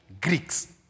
Greeks